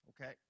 Okay